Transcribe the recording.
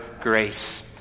grace